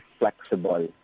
flexible